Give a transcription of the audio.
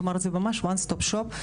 כלומר זה ממש One Stop Shop.